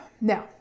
Now